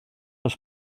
oes